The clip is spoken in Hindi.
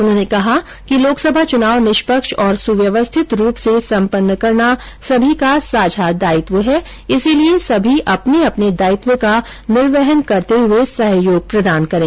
उन्होंने कहा कि लोकसभा चुनाव निष्पक्ष और सुध्यवस्थित रूप से सम्पन्न करना सभी का साझा दायित्व है इसलिए सभी अपने अपने दायित्व का निर्वहन करते हुए सहयोग प्रदान करे